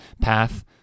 path